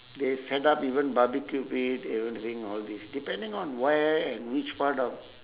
they set up even barbecue pit you know drink all this depending on where and which part of